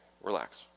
relax